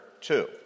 two